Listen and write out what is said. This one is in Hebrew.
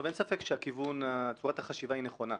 אין ספק שהכיוון, צורת החשיבה היא נכונה.